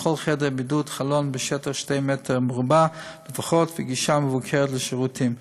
בכל חדר בידוד חלון בשטח של שני מ"ר לפחות וגישה מבוקרת לשירותים.